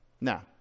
Now